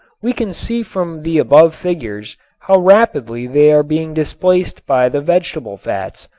we can see from the above figures how rapidly they are being displaced by the vegetable fats.